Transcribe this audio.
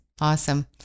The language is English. Awesome